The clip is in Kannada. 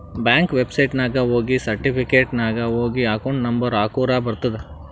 ಬ್ಯಾಂಕ್ ವೆಬ್ಸೈಟ್ನಾಗ ಹೋಗಿ ಸರ್ಟಿಫಿಕೇಟ್ ನಾಗ್ ಹೋಗಿ ಅಕೌಂಟ್ ನಂಬರ್ ಹಾಕುರ ಬರ್ತುದ್